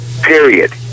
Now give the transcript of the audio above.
period